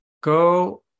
Go